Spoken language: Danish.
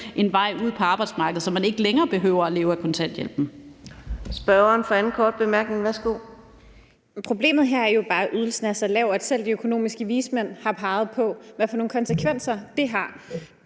en vej ud på arbejdsmarkedet, så man ikke længere behøver at leve af kontanthjælpen.